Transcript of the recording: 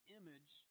image